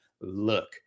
look